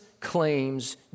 claims